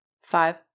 Five